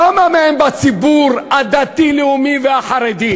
כמה מהם בציבור הדתי-לאומי והחרדי,